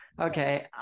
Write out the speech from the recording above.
okay